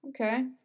Okay